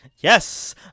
Yes